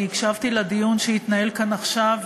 אני הקשבתי לדיון שהתנהל כאן עכשיו,